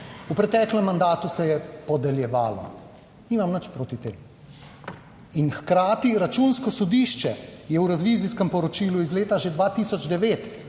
v preteklem mandatu se je podeljevalo, nimam nič proti tem. Hkrati, Računsko sodišče je v revizijskem poročilu iz leta že 2009